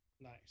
nice